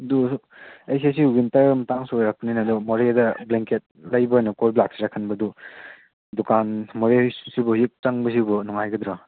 ꯑꯗꯨꯁꯨ ꯑꯩꯁꯦ ꯁꯤ ꯋꯤꯟꯇꯔ ꯃꯇꯥꯡꯁꯨ ꯑꯣꯏꯔꯛꯄꯅꯤꯅ ꯑꯗꯨ ꯃꯣꯔꯦꯗ ꯕ꯭ꯂꯦꯡꯀꯦꯠ ꯂꯩꯕ ꯑꯣꯏꯅ ꯀꯣꯏꯕ ꯂꯥꯛꯁꯤꯔꯥ ꯈꯟꯕ ꯑꯗꯨ ꯗꯨꯀꯥꯟ ꯃꯣꯔꯦꯁꯤꯕꯨ ꯍꯧꯖꯤꯛ ꯆꯪꯕꯁꯤꯕꯨ ꯅꯨꯡꯉꯥꯏꯒꯗ꯭ꯔ